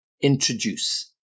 Introduce